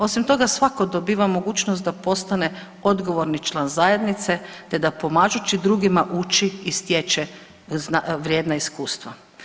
Osim toga svako dobiva mogućnost da postane odgovorni član zajednice te da pomažući drugima uči i stječe vrijedna iskustva.